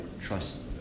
trust